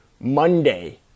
monday